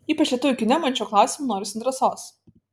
ypač lietuvių kine man šiuo klausimu norisi drąsos